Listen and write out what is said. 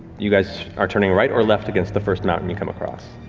you guys are turning right or left against the first mountain you come across?